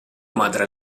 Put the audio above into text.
madre